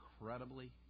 incredibly